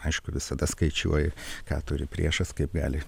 aišku visada skaičiuoji ką turi priešas kaip gali